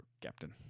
Captain